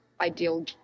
ideal